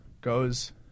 goes